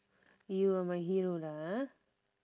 you are my hero lah ah